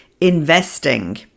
investing